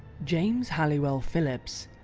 james halliwell-phillips,